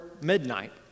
midnight